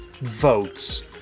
votes